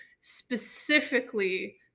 specifically